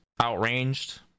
outranged